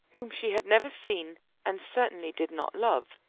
whom she had never seen and certainly did not love,